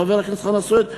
חבר הכנסת חנא סוייד,